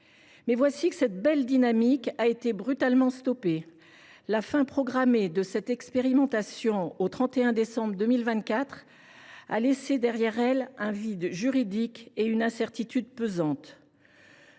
pourtant que cette belle dynamique a été brutalement stoppée. La fin de cette expérimentation, programmée au 31 décembre 2024, a laissé derrière elle un vide juridique et une incertitude pesante.